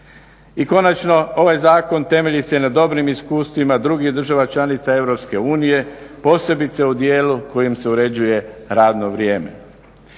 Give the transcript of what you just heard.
I konačno ovaj Zakon temelji se na dobrim iskustvima drugih država članica Europske unije posebice u dijelu kojim se uređuje radno vrijeme.